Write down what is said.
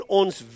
ons